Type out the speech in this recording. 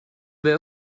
there